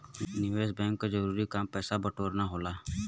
निवेस बैंक क जरूरी काम पैसा बटोरना होला